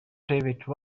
private